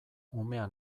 umea